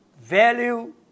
value